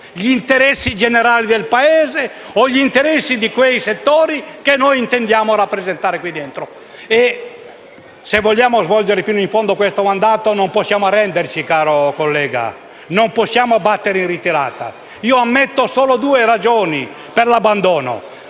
gli interessi generali del Paese o gli interessi di quei settori che intendiamo rappresentare in questa sede. Se vogliamo svolgere fino in fondo questo mandato non possiamo arrenderci, caro collega, non possiamo battere in ritirata. Ammetto solo due ragioni per l'abbandono: